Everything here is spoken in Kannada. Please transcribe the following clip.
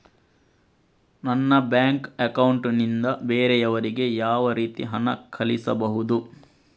ನನ್ನ ಬ್ಯಾಂಕ್ ಅಕೌಂಟ್ ನಿಂದ ಬೇರೆಯವರಿಗೆ ಯಾವ ರೀತಿ ಹಣ ಕಳಿಸಬಹುದು?